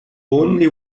only